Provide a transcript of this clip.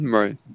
right